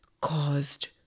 caused